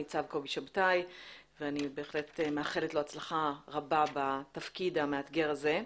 ניצב קובי שבתאי ואני בהחלט מאחלת לו הצלחה רבה בתפקיד המאתגר הזה.